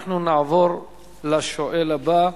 אנחנו נעבור לשואל הבא,